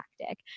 tactic